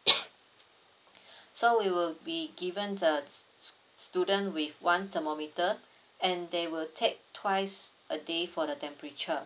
so we will be given the student with one thermometer and they will take twice a day for the temperature